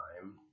time